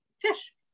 fish